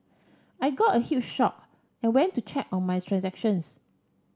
I got a huge shocked and went to check on my transactions